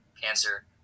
cancer